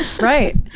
right